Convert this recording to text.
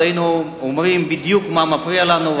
אמרנו בדיוק מה מפריע לנו,